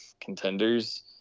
contenders